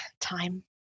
Time